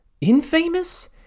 infamous